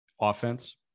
Offense